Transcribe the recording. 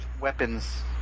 weapons